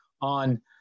on